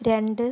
രണ്ട്